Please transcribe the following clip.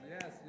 yes